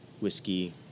whiskey